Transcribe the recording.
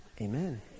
Amen